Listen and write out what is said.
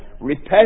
Repent